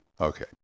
Okay